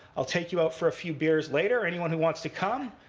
i'll take you out for a few beers later, anyone who wants to come.